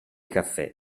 caffè